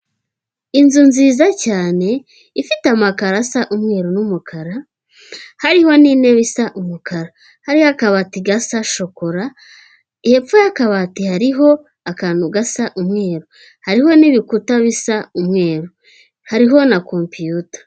Inzu nziza cyane ifite amakaro asa umweru n'umukara, hariho n'intebe isa umukara hariyo akabati gasa shokora hepfo y'akabati hariho akantu gasa umweru hariho n'ibikuta bisa umweru hariho na computa.